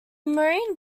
marine